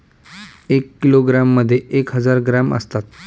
एक किलोग्रॅममध्ये एक हजार ग्रॅम असतात